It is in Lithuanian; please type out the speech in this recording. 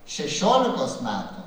šešiolikos metų